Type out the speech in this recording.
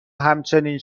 همچنین